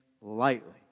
lightly